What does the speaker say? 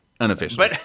unofficial